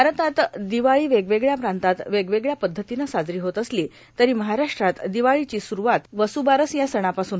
भारतात दिवाळी वेगवेगळ्या प्रांतात वेगवेगळ्या पद्धतीनं साजरी होत असली तरी महाराष्ट्रात दिवाळीची सुरूत होते ती वसुबारस या सणापासून